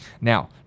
Now